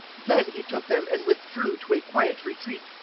then he took them and withdrew to a quiet retreat,